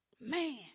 Man